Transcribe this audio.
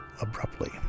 abruptly